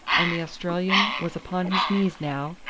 and the australian was upon his knees now,